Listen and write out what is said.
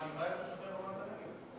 את מעליבה את תושבי רמת-הנגב.